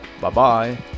Bye-bye